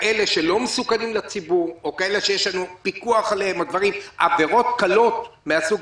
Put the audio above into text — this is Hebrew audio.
כאלה שלא מסוכנים לציבור, עם עבירות קלות,